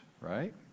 right